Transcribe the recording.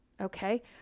Okay